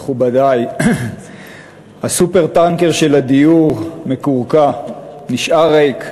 מכובדי, ה"סופר-טנקר" של הדיור מקורקע, נשאר ריק.